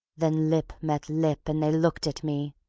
then lip met lip and they looked at me,